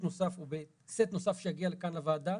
נוסף ובסט נוסף שיגיע לכאן לוועדה.